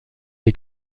est